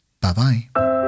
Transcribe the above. Bye-bye